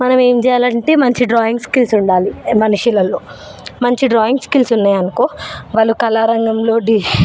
మనం ఏం చెయ్యాలంటే మంచి డ్రాయింగ్ స్కిల్స్ ఉండాలి మనుషులలో మంచి డ్రాయింగ్ స్కిల్స్ ఉన్నాయి అనుకో వాళ్ళు కళారంగంలో డీ